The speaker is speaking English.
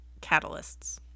catalysts